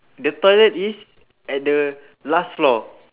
the toilet is at the last floor